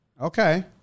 Okay